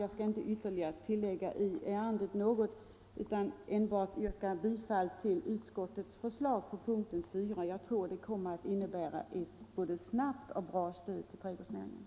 Jag skall inte tillägga något ytterligare i ärendet utan enbart yrka bifall till utskottets förslag på punkten 4. Jag tror att det kommer att innebära ett både snabbt och bra stöd till trädgårdsnäringen.